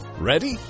Ready